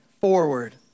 forward